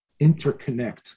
interconnect